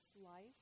life